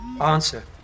Answer